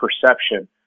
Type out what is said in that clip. perception